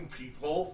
people